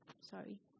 sorry